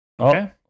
Okay